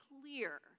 clear